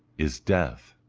is death.